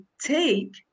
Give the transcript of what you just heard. take